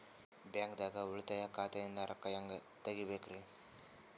ಬ್ಯಾಂಕ್ದಾಗ ಉಳಿತಾಯ ಖಾತೆ ಇಂದ್ ರೊಕ್ಕ ಹೆಂಗ್ ತಗಿಬೇಕ್ರಿ?